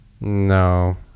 No